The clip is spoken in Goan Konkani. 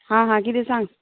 हां हां किदें सांग